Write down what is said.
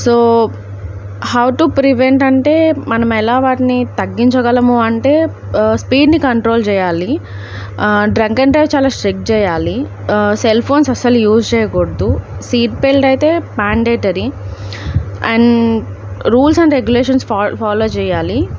so how to prevent అంటే మనం ఎలా వాటిని తగ్గించగలము అంటే స్పీడ్ని కంట్రోల్ చేయాలి డ్రింక్ అండ్ డ్రైవ్ చాలా స్ట్రిక్ట్ చేయాలి సెల్ ఫోన్స్ అస్సలు యూస్ చేయకూడదు సీట్ బెల్ట్ అయితే mandatory and rules and regulations ఫా ఫాలో చేయ్యాలి